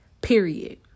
period